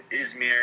Izmir